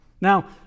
Now